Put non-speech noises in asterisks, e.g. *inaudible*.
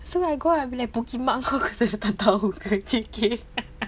so I go and boleh pukimak kau dia tak tahu ke *laughs* J_K *laughs*